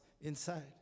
inside